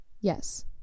Yes